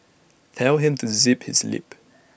tell him to zip his lip